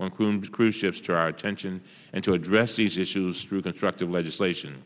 when coombes cruise ships to our attention and to address these issues through constructive legislation